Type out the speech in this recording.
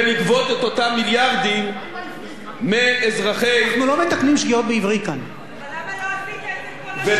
ולגבות את אותם מיליארדים מאזרחי, מה עם העברית?